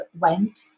went